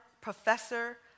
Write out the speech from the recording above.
professor